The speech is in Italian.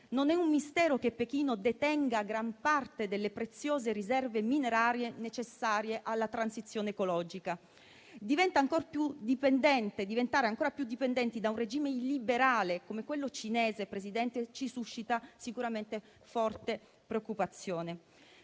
Non è un mistero che Pechino detenga gran parte delle preziose riserve minerarie necessarie alla transizione ecologica. Diventare ancora più dipendenti da un regime illiberale come quello cinese, Presidente, sicuramente suscita in noi forte preoccupazione.